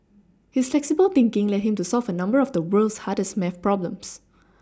his flexible thinking led him to solve a number of the world's hardest math problems